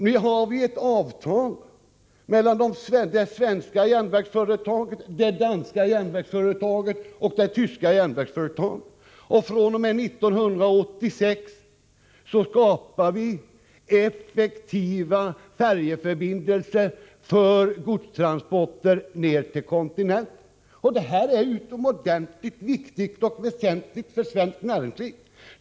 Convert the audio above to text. Nu har vi ett avtal mellan det svenska, det danska och det tyska järnvägsföretaget, och år 1986 skapar vi effektiva färjeförbindelser för godstransporter ned till kontinenten. Det här är utomordentligt viktigt och väsentligt för svenskt näringsliv.